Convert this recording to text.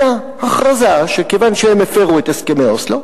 אלא הכרזה שכיוון שהם הפירו את הסכמי אוסלו,